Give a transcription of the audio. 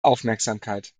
aufmerksamkeit